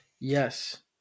Yes